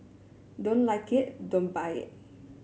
don't like it don't buy it